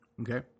Okay